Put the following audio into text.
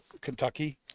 kentucky